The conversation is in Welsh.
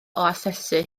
asesu